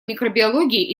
микробиологии